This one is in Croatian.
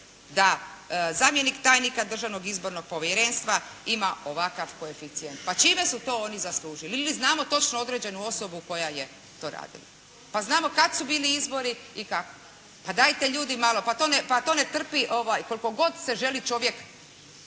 da zamjenik tajnika Državnog izbornog povjerenstva ima ovakav koeficijent. Pa čime su to oni zaslužili? Ili znamo točno određenu osobu koja je to radila. Pa znamo kad su bili izbori i kakvi… Pa dajte ljudi malo, pa to ne trpi, koliko god se želi čovjek